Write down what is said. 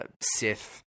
Sith